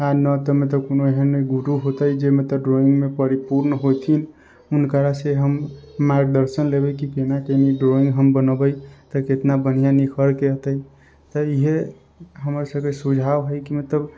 आओर नहि तऽ कोनो एहन गुरु होइतै जे मतलब ड्रॉइंगमे परिपूर्ण होइथिन हुनकासँ हम मार्गदर्शन लेबै कि केना केनी ड्रॉइंग हम बनेबै तऽ कितना बढ़िआँ नीखरिके औतै तऽ इएहे हमर सभके सुझाव है कि मतलब